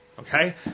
Okay